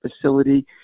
facility